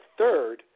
third